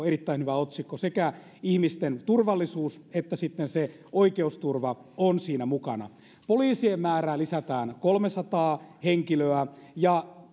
erittäin hyvä otsikko sekä ihmisten turvallisuus että sitten se oikeusturva on siinä mukana poliisien määrää lisätään kolmesataa henkilöä ja